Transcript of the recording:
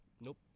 Nope